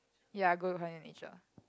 ya good according to nature